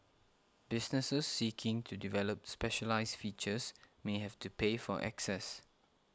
businesses seeking to develop specialised features may have to pay for access